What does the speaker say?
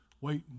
wait